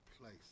place